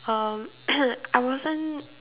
um I wasn't